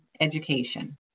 education